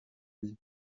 lui